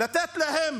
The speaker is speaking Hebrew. לתת להם